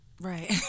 Right